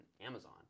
Amazon